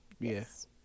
Yes